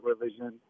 religion